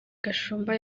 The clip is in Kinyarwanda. gashumba